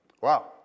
Wow